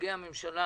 מנציגי הממשלה,